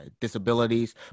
disabilities